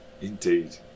Indeed